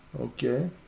okay